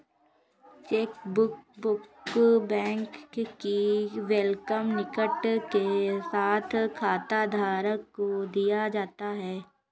chequebook bank की welcome kit के साथ खाताधारक को दिया जाता है